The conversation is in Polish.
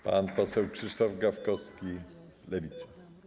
Pan poseł Krzysztof Gawkowski, Lewica.